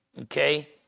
okay